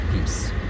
Peace